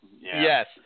Yes